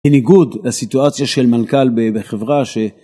היא ניגוד לסיטואציה של מלכה בחברה ש...